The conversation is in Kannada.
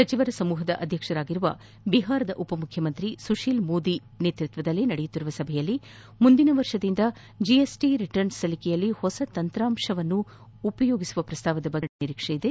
ಸಚಿವರ ಸಮೂಹದ ಅಧ್ಯಕ್ಷರಾಗಿರುವ ಬಿಹಾರದ ಉಪಮುಖ್ಯಮಂತ್ರಿ ಸುಶೀಲ್ ಮೋದಿ ನೇತೃತ್ವದಲ್ಲಿ ನಡೆಯುತ್ತಿರುವ ಸಭೆಯಲ್ಲಿ ಮುಂದಿನ ವರ್ಷದಿಂದ ಜಿಎಸ್ಟಿ ರಿಟರ್ನ್ಸ್ ಸಲ್ಲಿಕೆಯಲ್ಲಿ ಹೊಸ ತಂತ್ರಾತ ಉಪಯೋಗಿಸುವ ಪ್ರಸ್ತಾವದ ಬಗ್ಗೆ ಚರ್ಚೆ ನಡೆಸುವ ನಿರೀಕ್ಷೆಯಿದೆ